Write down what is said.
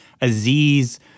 Aziz